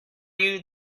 you